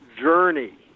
journey